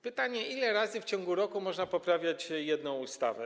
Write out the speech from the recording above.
Pytanie, ile razy w ciągu roku można poprawiać jedną ustawę.